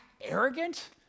arrogant